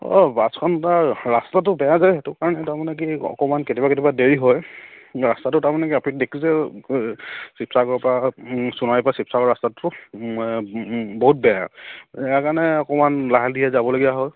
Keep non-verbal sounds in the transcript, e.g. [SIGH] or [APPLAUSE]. অঁ [UNINTELLIGIBLE] ৰাস্তাটো বেয়া যায় সেইটো কাৰণে তাৰমানে কি অকমান কেতিয়াবা কেতিয়াবা দেৰি হয় ৰাস্তাটো তাৰমানে কি আপুনি দেখিছে যে শিৱসাগৰ পৰা সোণাৰীৰ পৰা শিৱচাগৰ ৰাস্তাটো বহুত বেয়া ইয়াৰ কাৰণে অকমান লাহে ধীৰে যাবলগীয়া হয়